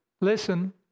listen